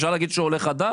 אפשר לומר שהוא עולה חדש?